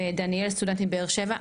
ודניאל, סטודנט בבאר שבע.